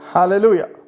hallelujah